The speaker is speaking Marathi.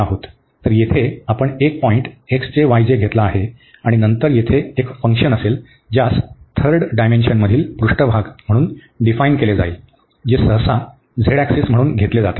तर येथे आपण एक पॉईंट घेतला आहे आणि नंतर तेथे एक फंक्शन असेल ज्यास थर्ड डायमेन्शनमधील पृष्ठभाग म्हणून डिफाईन केले जाईल जे सहसा z ऍक्सिस म्हणून घेतले जाते